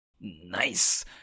Nice